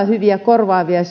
hyviä korvaavia